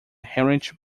heinrich